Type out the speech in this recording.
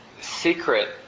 secret